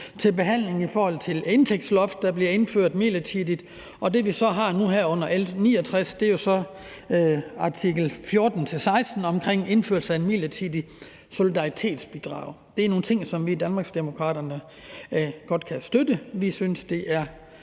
til behandling i forhold til et indtægtsloft, der bliver indført midlertidigt, og det, vi så har nu her under behandlingen af L 69, er jo så artikel 14-16 omkring indførelse af et midlertidigt solidaritetsbidrag. Det er nogle ting, som vi i Danmarksdemokraterne godt kan støtte. Vi synes, det er